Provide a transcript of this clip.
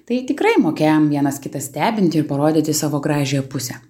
tai tikrai mokėjom vienas kitą stebinti ir parodyti savo gražiąją pusę